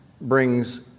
brings